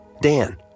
Dan